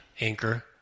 anchor